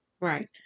Right